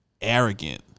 arrogant